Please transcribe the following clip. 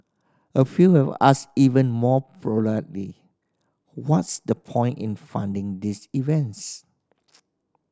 a few have asked even more what's the point in funding these events